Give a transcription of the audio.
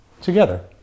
together